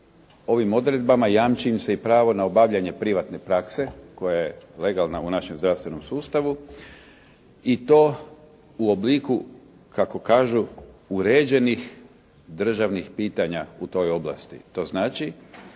ovim odredbama jamči im se i pravo na obavljanje privatne prakse koja je legalna u našem zdravstvenom sustavu i to u obliku, kako kažu, uređenih državnih pitanja u toj oblasti. To znači